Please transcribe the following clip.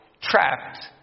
trapped